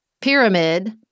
pyramid